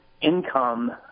income